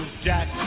Jack